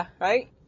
right